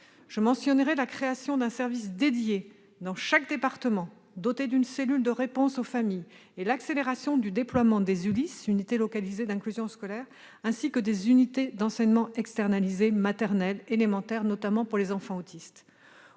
Je mentionnerai la création d'un service dédié dans chaque département, doté d'une cellule de réponse aux familles, et l'accélération du déploiement des unités localisées d'inclusion scolaire (ULIS), ainsi que des unités d'enseignement externalisé, maternelles ou élémentaires, notamment pour les enfants autistes.